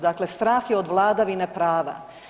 Dakle, strah je od vladavine prava.